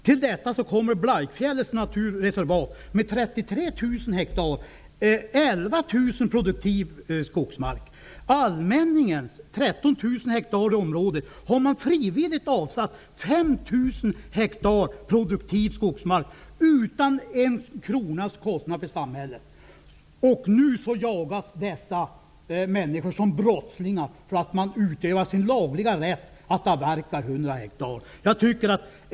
Till detta kommer Blaikfjällets naturreservat med Av allmänningens 13 000 hektar har man frivilligt avsatt 5 000 hektar produktiv skogsmark utan en kronas kostnad för samhället. Nu jagas dessa människor som brottslingar för att de utövar sin lagliga rätt att avverka 100 hektar!